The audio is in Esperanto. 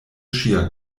ŝia